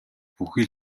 бүхий